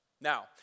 Now